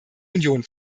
union